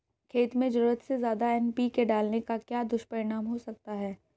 खेत में ज़रूरत से ज्यादा एन.पी.के डालने का क्या दुष्परिणाम हो सकता है?